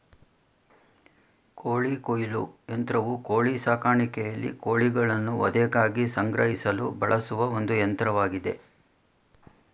ಕೋಳಿ ಕೊಯ್ಲು ಯಂತ್ರವು ಕೋಳಿ ಸಾಕಾಣಿಕೆಯಲ್ಲಿ ಕೋಳಿಗಳನ್ನು ವಧೆಗಾಗಿ ಸಂಗ್ರಹಿಸಲು ಬಳಸುವ ಒಂದು ಯಂತ್ರವಾಗಿದೆ